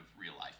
real-life